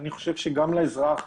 אני חושב שגם לאזרח,